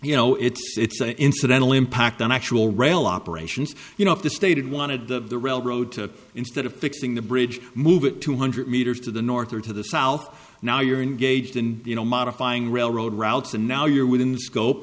you know it's an incidental impact on actual rail operations you know if the stated wanted the railroad to instead of fixing the bridge move it two hundred meters to the north or to the south now you're engaged in you know modifying railroad routes and now you're within the scope